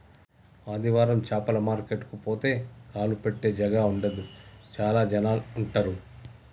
ఆదివారం చాపల మార్కెట్ కు పోతే కాలు పెట్టె జాగా ఉండదు చాల జనాలు ఉంటరు